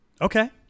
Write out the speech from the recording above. Okay